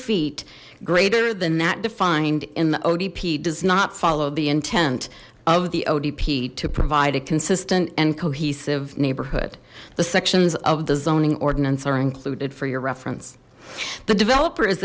feet greater than that defined in the otp does not follow the intent of the otp to provide a consistent and cohesive neighborhood the sections of the zoning ordinance are included for your reference the developer